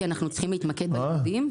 כי אנחנו צריכים להתמקד בלימודים.